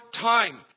time